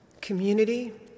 community